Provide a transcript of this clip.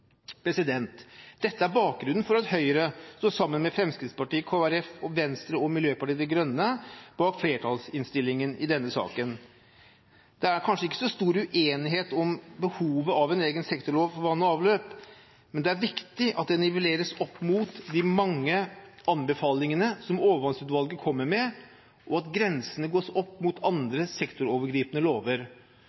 Dette er bakgrunnen for at Høyre står sammen med Fremskrittspartiet, Kristelig Folkeparti, Venstre og Miljøpartiet De Grønne bak flertallsinnstillingen i denne saken. Det er kanskje ikke så stor uenighet om behovet for en egen sektorlov for vann og avløp, men det er viktig at den nivelleres opp mot de mange anbefalingene som overvannsutvalget kommer med, og at grensene gås opp mot andre sektorovergripende lover.